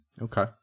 Okay